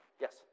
Yes